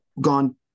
gone